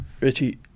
Richie